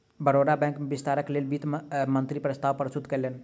Baroda bank में विस्तारक लेल वित्त मंत्री प्रस्ताव प्रस्तुत कयलैन